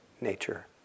nature